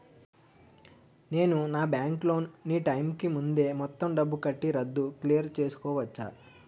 నేను నా bank loan నీ టైం కీ ముందే మొత్తం డబ్బుని కట్టి రద్దు క్లియర్ చేసుకోవచ్చా?